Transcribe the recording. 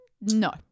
No